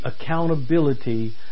accountability